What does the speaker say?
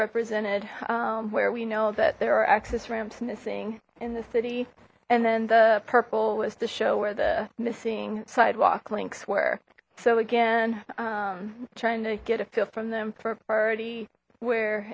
represented where we know that there are access ramps missing in the city and then the purple was the show where the missing sidewalk links were so again trying to get a feel from them for a party where